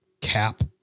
cap